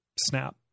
snap